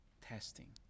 testing